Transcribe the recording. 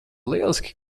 lieliski